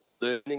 learning